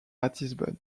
ratisbonne